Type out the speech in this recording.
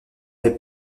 est